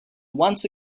once